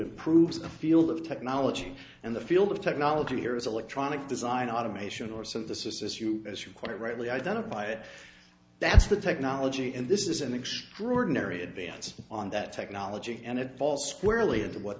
improves the field of technology and the field of technology here is electronic design automation or synthesis issue as you quite rightly identify it that's the technology and this is an extraordinary advance on that technology and it falls squarely into what